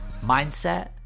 Mindset